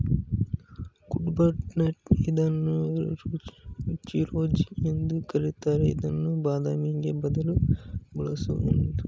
ಕುಡ್ಪನಟ್ ಇದನ್ನು ಚಿರೋಂಜಿ ಎಂದು ಕರಿತಾರೆ ಇದನ್ನು ಬಾದಾಮಿಗೆ ಬದಲು ಬಳಸುವುದುಂಟು